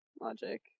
logic